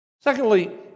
Secondly